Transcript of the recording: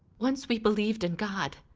once we believed in god,